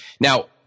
Now-